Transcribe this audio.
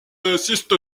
assiste